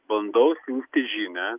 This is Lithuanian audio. bandau siųsti žinią